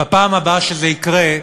בפעם הבאה שזה יקרה,